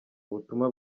ubutumwa